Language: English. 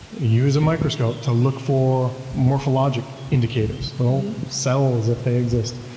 use a microscope to look for morphologic indicators, little cells if they exist.